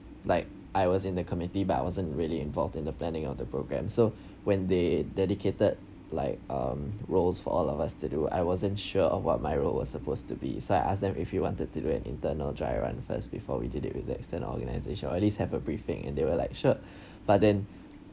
like I was in the committee but I wasn't really involved in the planning of the program so when they dedicated like um roles for all of us to do I wasn't sure of what my role was supposed to be so I ask them if you wanted to do an internal dry run first before we did it with the external organisation or at least have a briefing and they were like sure but then